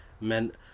meant